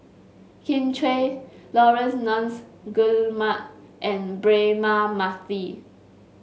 Kin Chui Laurence Nunns Guillemard and Braema Mathi